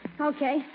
Okay